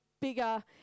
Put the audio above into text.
bigger